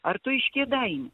ar tu iš kėdainių